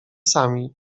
sami